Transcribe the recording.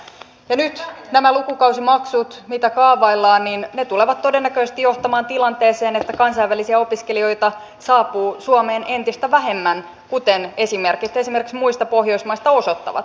nyt nämä lukukausimaksut joita kaavaillaan tulevat todennäköisesti johtamaan tilanteeseen että kansainvälisiä opiskelijoita saapuu suomeen entistä vähemmän kuten esimerkit esimerkiksi muista pohjoismaista osoittavat